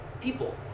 people